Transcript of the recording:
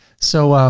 so,